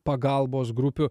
pagalbos grupių